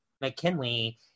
McKinley